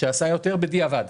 שעשה יותר בדיעבד,